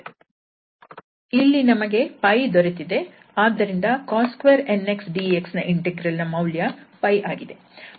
ಇಲ್ಲಿ ನಮಗೆ 𝜋 ದೊರೆತಿದೆ ಆದ್ದರಿಂದ cos2 𝑛𝑥 𝑑𝑥 ನ ಇಂಟೆಗ್ರಲ್ ನ ಮೌಲ್ಯ 𝜋 ಆಗಿದೆ